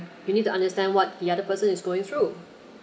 you need to understand what the other person is going through